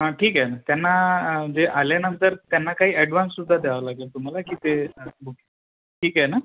हां ठीक आहे ना त्यांना जे आल्यानंतर त्यांना काही अडवांससुद्धा द्यावा लागेल तुम्हाला की ते बूक ठीक आहे ना